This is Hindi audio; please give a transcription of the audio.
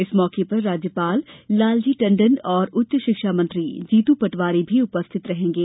इस मौके पर राज्यपाल लाल टंडन और उच्च शिक्षा मंत्री जीतू पटवारी भी उपस्थित रहेंगे